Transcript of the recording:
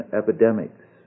epidemics